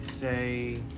say